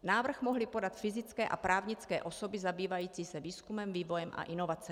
Návrh mohly podat fyzické a právnické osoby zabývající se výzkumem, vývojem a inovacemi.